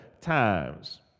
times